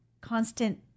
constant